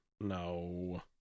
No